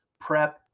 prep